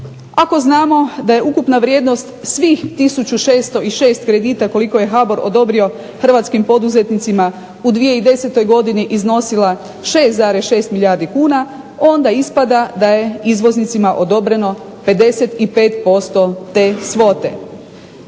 Ako znamo da je ukupna vrijednost tisuću 606 kredita koliko je HBOR odobrio hrvatskim poduzetnicima u 2010. godini iznosila 6,6 milijardi kuna onda ispada da je izvoznicima odobreno 55% te svote.